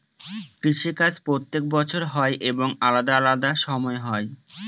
কৃষি কাজ প্রত্যেক বছর হয় এবং আলাদা আলাদা সময় হয়